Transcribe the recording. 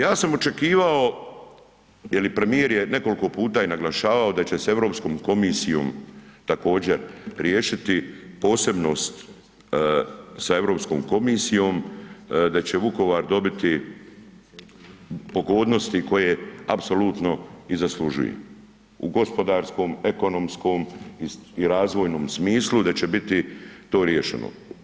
Ja sam očekivao jer premijer je nekoliko puta je naglašavao da će s EU komisijom također, riješiti posebnost sa EU komisijom, da će Vukovar dobiti pogodnosti koje apsolutno i zaslužuje, u gospodarskom, ekonomskom i razvojnom smislu, da će biti to riješeno.